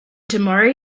tomorrow